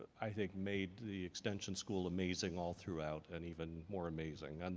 i think, made the extension school amazing all throughout and even more amazing. and